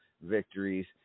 victories